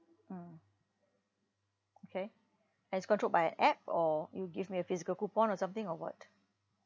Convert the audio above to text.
mm okay as controlled by app or you give me a physical coupon or something or what